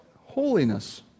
holiness